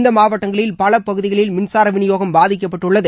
இந்த மாவட்டங்களில் பல பகுதிகளில் மின்சார விநியோகம் பாதிக்கப்பட்டுள்ளது